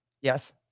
Yes